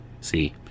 See